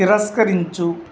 తిరస్కరించు